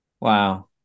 Wow